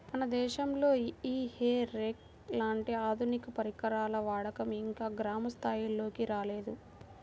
మన దేశంలో ఈ హే రేక్ లాంటి ఆధునిక పరికరాల వాడకం ఇంకా గ్రామ స్థాయిల్లోకి రాలేదు